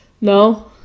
No